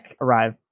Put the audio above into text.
arrive